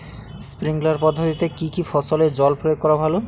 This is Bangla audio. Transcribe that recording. স্প্রিঙ্কলার পদ্ধতিতে কি কী ফসলে জল প্রয়োগ করা ভালো?